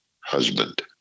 husband